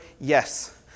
yes